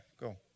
go